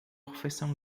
refeição